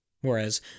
Whereas